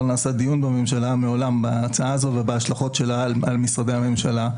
לא נעשה דיון בממשלה מעולם בהצעה הזאת ובהשלכות שלה על משרדי הממשלה.